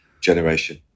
generation